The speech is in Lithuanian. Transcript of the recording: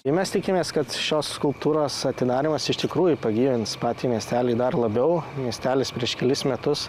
ir mes tikimės kad šios skulptūros atidarymas iš tikrųjų pagyvins patį miestelį dar labiau miestelis prieš kelis metus